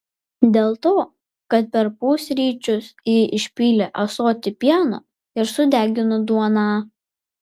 dėl to kad per pusryčius ji išpylė ąsotį pieno ir sudegino duoną